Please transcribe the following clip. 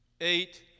Eight